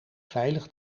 veilig